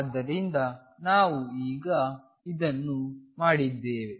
ಆದ್ದರಿಂದ ನಾವು ಈಗ ಇದನ್ನು ಮಾಡಿದ್ದೇವೆ